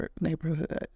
neighborhood